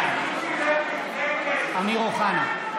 בעד אמיר אוחנה,